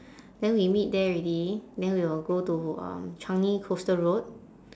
then we meet there already then we'll go to um changi coastal road